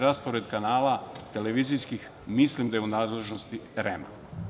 Raspored kanala televizijskih mislim da je u nadležnosti REM.